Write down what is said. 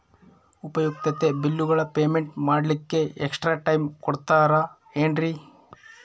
ಉಪಯುಕ್ತತೆ ಬಿಲ್ಲುಗಳ ಪೇಮೆಂಟ್ ಮಾಡ್ಲಿಕ್ಕೆ ಎಕ್ಸ್ಟ್ರಾ ಟೈಮ್ ಕೊಡ್ತೇರಾ ಏನ್ರಿ?